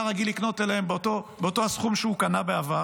רגיל לקנות באותו הסכום שהוא קנה בעבר?